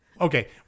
Okay